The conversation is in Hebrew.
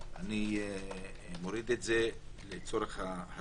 והן יאושררו ע"י הכנסת בתוך 7 ימים שאם לא